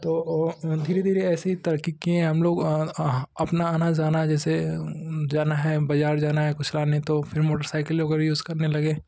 तो वह धीरे धीरे ऐसे तरक्की किए हैं हमलोग अपना आना जाना जैसे जाना है बाज़ार जाना है कुछ लाने तो मोटरसाइकिलों का यूज़ करने लगे